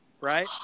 right